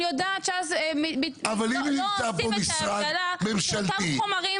אני יודעת שלא עושים את ההבדלה בין אותם חומרים.